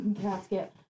casket